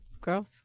girls